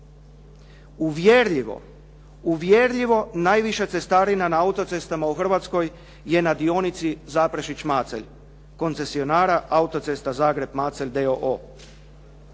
Uvjerljivo najviša cestarina na autocestama u Hrvatskoj je na dionici Zaprešić-Macelj, koncesionara autocesta Zagreb-Macelj